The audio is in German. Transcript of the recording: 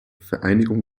vereinigung